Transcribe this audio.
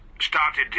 started